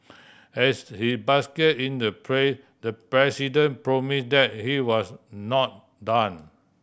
as he basked in the pray the president promise that he was not done